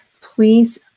Please